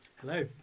Hello